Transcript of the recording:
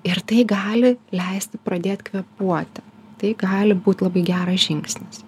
ir tai gali leisti pradėt kvėpuoti tai gali būt labai geras žingsnis